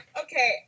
Okay